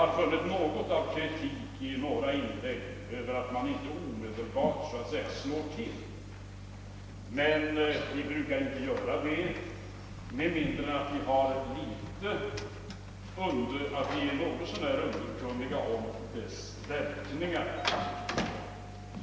Jag har i vissa inlägg märkt något av kritik mot att vi inte omedelbart slår till, men vi brukar inte göra det med mindre än att vi är något så när underkunniga om verkningarna.